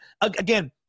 again